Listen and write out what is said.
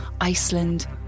Iceland